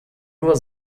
nur